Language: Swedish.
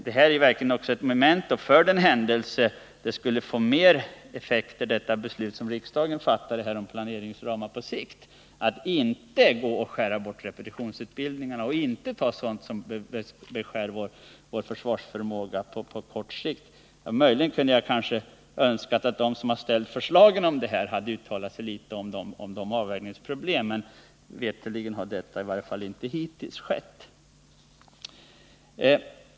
Det är verkligen ett memento, för den händelse det beslut som riksdagen nyligen fattat om planeringsramar på sikt skulle få flera effekter, att inte skära bort repetitionsutbildningen, att inte inskränka på sådant som beskär vår försvarsförmåga på kort sikt. Möjligen kunde jag önska att de som ställt förslagen hade uttalat sig litet om avvägningsproblemen. Veterligen har detta hittills inte skett.